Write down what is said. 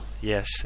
Yes